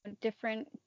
different